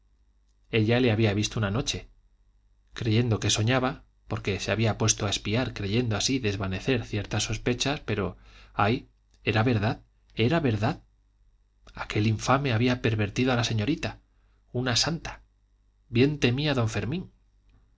ella le había visto una noche creyendo que soñaba porque se había puesto a espiar creyendo así desvanecer ciertas sospechas pero ay era verdad era verdad aquel infame había pervertido a la señorita una santa bien temía don fermín